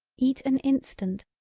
eat an instant,